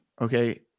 okay